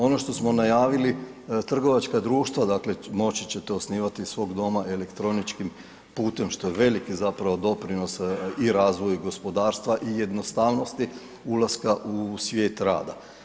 Ono što smo najavili, trgovačka društva dakle moći ćete osnivati iz svog doma elektroničkim putem što je veliki zapravo doprinos i razvoju gospodarstva i jednostavnosti ulaska u svijet rada.